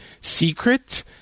secret